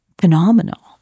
phenomenal